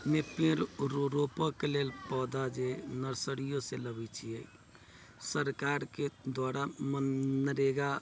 मे पेड़ रोपऽके लेल पौधा जे नर्सरी से लबैत छियै सरकारके द्वारा मनरेगा